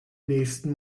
nächsten